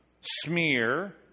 smear